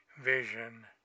vision